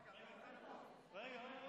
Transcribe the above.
רגע.